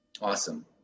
Awesome